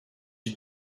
you